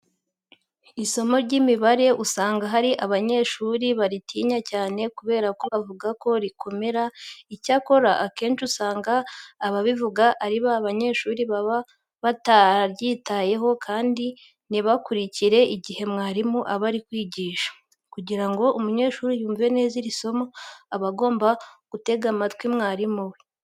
Isomo ry'imibare usanga hari abanyeshuri baritinya cyane kubera ko bavuga ko rikomera. Icyakora akenshi usanga ababivuga ari ba banyeshuri baba bataryitaho kandi ntibakurikire igihe mwarimu aba ari kwigisha. Kugira ngo umunyeshuri yumve neza iri somo, aba agomba gutega amatwi mwarimu we.